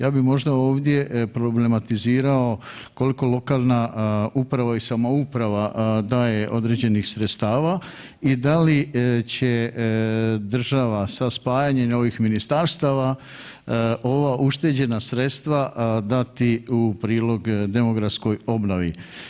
Ja bi možda ovdje problematizirao koliko lokalna uprava i samouprava daje određenih sredstava i da li će država sa spajanjem ovih ministarstava ova ušteđena sredstva dati u prilog demografskoj obnovi.